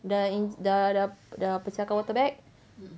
dah ins~ dah dah dah pecahkan water bag